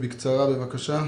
בקצרה, בבקשה.